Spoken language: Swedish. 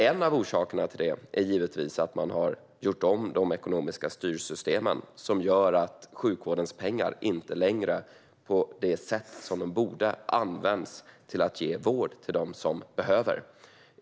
En av orsakerna till det är givetvis att man har gjort om de ekonomiska styrsystemen, vilket gör att sjukvårdens pengar inte längre på det sätt som de borde används till att ge vård till dem som behöver den.